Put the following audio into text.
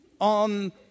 on